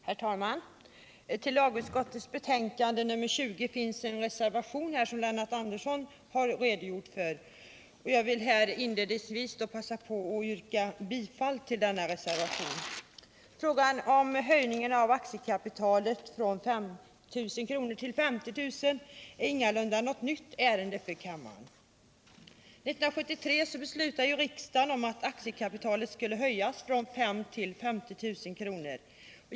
Herr talman! Till lagutskottets betänkande nr 20 finns en reservation fogad, som Lennart Andersson har redogjort för. Jag vill här inledningsvis passa på att yrka bifall till denna reservation. Frågan om höjningen av aktiekapitalet från 5 000 till 50 000 kr. är ingalunda något nytt ärende för kammaren. År 1973 beslutade riksdagen att aktiekapitalet skulle höjas från 5 000 till 50 000 kr.